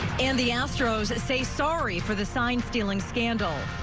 and the astro's say sorry for the sign stealing scandal.